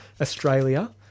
Australia